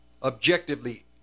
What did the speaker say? Objectively